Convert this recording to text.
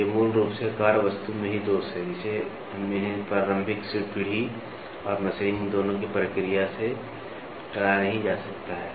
तो ये मूल रूप से कार्यवस्तु में ही दोष हैं हम जिन्हें प्रारंभिक पीढ़ी और मशीनिंग दोनों की प्रक्रिया से टाला नहीं जा सकता है